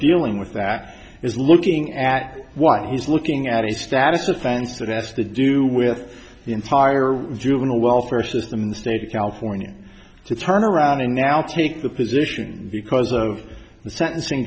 dealing with that is looking at what he's looking at a status offense and asked to do with the entire juvenile welfare system in the state of california to turn around and now take the position because of the sentencing